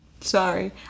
sorry